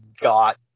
got